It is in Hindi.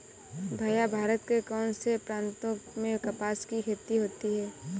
भैया भारत के कौन से प्रांतों में कपास की खेती होती है?